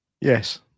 Yes